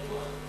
זה בטוח.